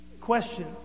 Question